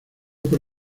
por